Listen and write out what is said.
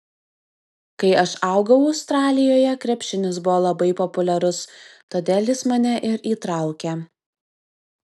kai aš augau australijoje krepšinis buvo labai populiarus todėl jis mane ir įtraukė